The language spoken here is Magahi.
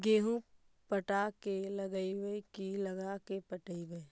गेहूं पटा के लगइबै की लगा के पटइबै?